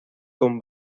con